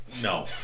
No